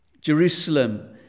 Jerusalem